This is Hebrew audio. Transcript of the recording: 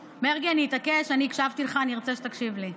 מרגי, אני אתעקש, הקשבתי לך, אני רוצה שתקשיב לי.